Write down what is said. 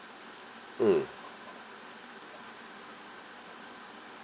mm